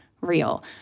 real